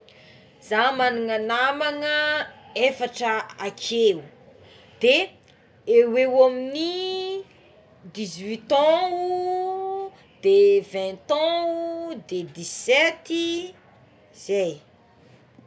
Za manana namana efatra akeo de eoeo amign'ny dix huite ans o de vingt ans e de dix septy i zay.